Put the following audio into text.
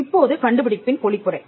இப்போது கண்டுபிடிப்பின் பொழிப்புரை